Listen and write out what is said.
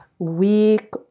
Week